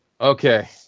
Okay